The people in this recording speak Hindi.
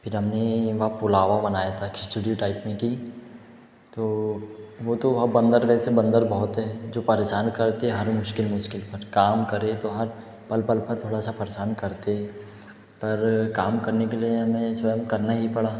फिर हम ने वहाँ पुलाव बनाया था खिचड़ी टाइप में की तो वो तो वह बंदर वैसे बंदर बहुत है जो परेशान करते हैं हर मुश्किल मुश्किल पर काम करें तो हर पल पल पर थोड़ा सा परेशान करते पर काम करने के लिए हमें स्वयं करना ही पड़ा